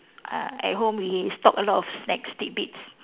uh at home we stock a lot of snacks tidbits